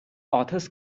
authors